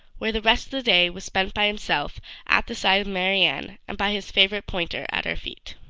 where the rest of the day was spent by himself at the side of marianne, and by his favourite pointer at her feet.